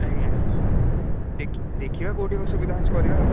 ଆଜ୍ଞା ଦେଖିବା କେଉଁଠି ସୁବିଧା ହେଉଛି କରିବା ଆଉ